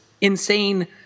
insane –